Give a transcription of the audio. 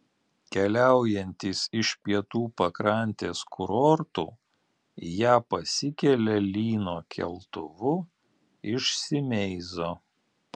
keliaujantys iš pietų pakrantės kurortų į ją pasikelia lyno keltuvu iš simeizo